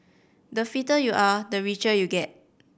the fitter you are the richer you get